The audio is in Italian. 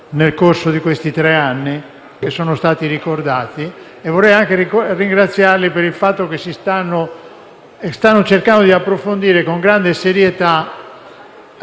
nel corso di questi tre anni, che sono stati ricordati. Vorrei anche ringraziarli per il fatto che stanno cercando di approfondire con grande serietà